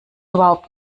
überhaupt